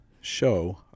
show